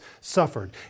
suffered